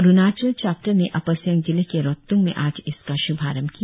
Arunachal chapter ने upper Siang जिले के रोत्तंग में आज इसका श्भारंभ किया